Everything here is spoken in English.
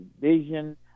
vision